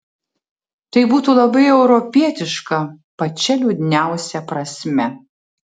tai būtų labai europietiška pačia liūdniausia prasme